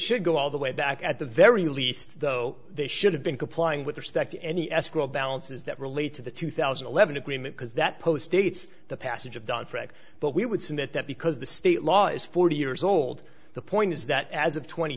should go all the way back at the very least though they should have been complying with respect to any escrow balances that relate to the two thousand and eleven agreement because that post dates the passage of done fred but we would submit that because the state law is forty years old the point is that as of tw